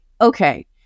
okay